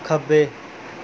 ਖੱਬੇ